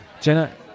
Jenna